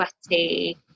sweaty